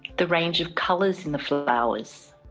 the range of colours in the flowers,